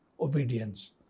obedience